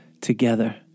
together